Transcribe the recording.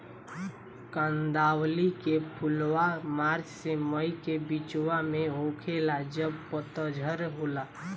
कंदावली के फुलवा मार्च से मई के बिचवा में होखेला जब पतझर होला